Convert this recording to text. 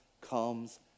comes